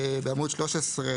בעמוד 13,